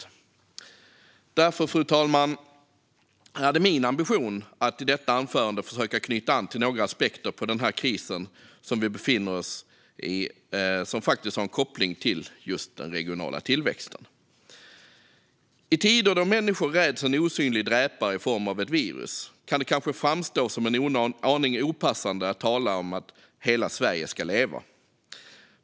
Därför, fru talman, är det min ambition att i detta anförande försöka knyta an till några aspekter av den här krisen vi befinner oss i som faktiskt har en koppling till just den regionala tillväxten. I tider då människor räds en osynlig dräpare i form av ett virus kan det kanske framstå som en aning opassande att tala om att hela Sverige ska leva.